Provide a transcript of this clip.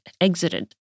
exited